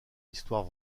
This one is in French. histoire